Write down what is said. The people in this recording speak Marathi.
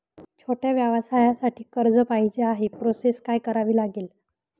छोट्या व्यवसायासाठी कर्ज पाहिजे आहे प्रोसेस काय करावी लागेल?